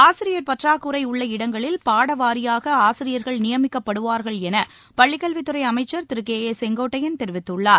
ஆசிரியர் பற்றாக்குறை உள்ள இடங்களில் பாட வாரியாக ஆசிரியர்கள் நியமிக்கப்படுவார்கள் என பள்ளிக்கல்வித்துறை அமைச்சர் திரு கே ஏ செங்கோட்டையன் தெரிவித்துள்ளார்